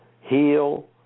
heal